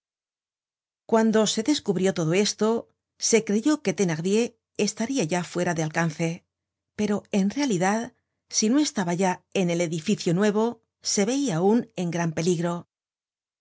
cuando se descubrió todo esto se creyó que thenardier estaria ya fuera de alcance pero en realidad si no estaba ya en el edificio nuevo se veia aun en gran peligro